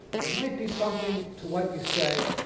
there might be something to what you say,